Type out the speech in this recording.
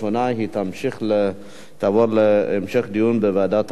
והיא תעבור להמשך דיון בוועדת העבודה,